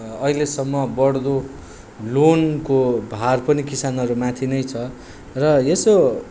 अहिलेसम्म बढ्दो लोनको भार पनि किसानहरूमाथि नै छ र यसो